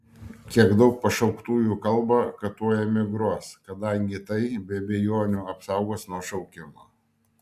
kiek daug pašauktųjų kalba kad tuoj emigruos kadangi tai be abejonių apsaugos nuo šaukimo